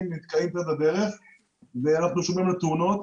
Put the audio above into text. נתקעים בצד הדרך ואנחנו שומעים על תאונות.